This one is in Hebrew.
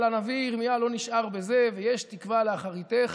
אבל הנביא ירמיה לא נשאר בזה, "ויש תקוה לאחריתך,